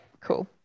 cool